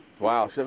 Wow